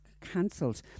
cancelled